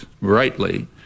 rightly